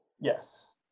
Yes